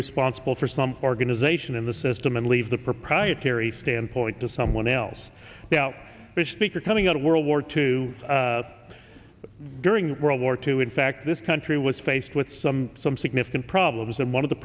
responsible for some organization in the system and leave the proprietary standpoint to someone else now bespeak are coming out of world war two during world war two in fact this country was faced with some some significant problems and one of the